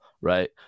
right